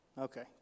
Okay